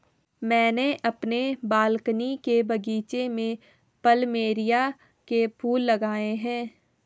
मैंने अपने बालकनी के बगीचे में प्लमेरिया के फूल लगाए हैं